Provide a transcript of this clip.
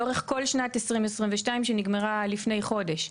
לאורך כל שנת 2022 שנגמרה לפני חודש,